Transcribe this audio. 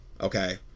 Okay